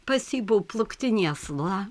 pas jį buvo plūktinė asla